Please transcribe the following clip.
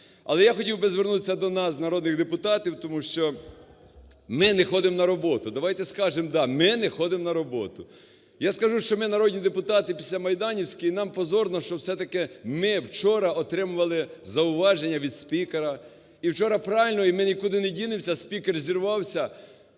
Але я хотів би звернутися до нас, народних депутатів, тому що ми не ходимо на роботу. Давайте скажемо, да, ми не ходимо на роботу. Я скажу, що ми, народні депутати, післямайданівські, і нам позорно, що все-таки ми вчора отримували зауваження від спікера. І вчора правильно, і ми нікуди не дінемося, спікер зірвався,